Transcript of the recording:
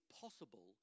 possible